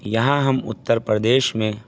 یہاں ہم اتر پردیش میں